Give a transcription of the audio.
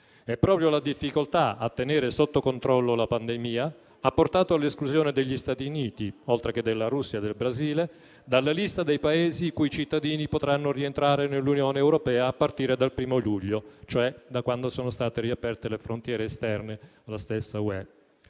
Proprio la difficoltà di tenere sotto controllo la pandemia ha portato all'esclusione degli Stati Uniti, oltre che della Russia e del Brasile, dalla lista dei Paesi i cui cittadini potranno rientrare nell'Unione europea a partire dal 1° luglio, cioè da quando sono state riaperte le frontiere esterne alla stessa UE.